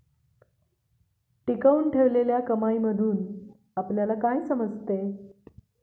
टिकवून ठेवलेल्या कमाईमधून आपल्याला काय समजते?